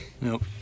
Nope